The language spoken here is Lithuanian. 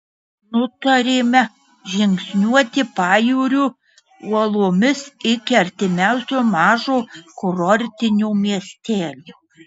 nutarėme žingsniuoti pajūriu uolomis iki artimiausio mažo kurortinio miestelio